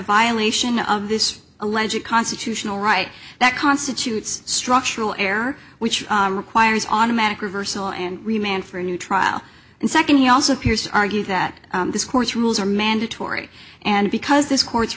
violation of this alleged constitutional right that constitutes structural error which requires automatic reversal and remain for a new trial and second he also appears to argue that this court rules are mandatory and because this court